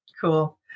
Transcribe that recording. Cool